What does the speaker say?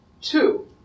two